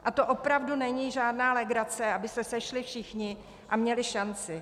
A to opravdu není žádná legrace, aby se sešli všichni a měli šanci.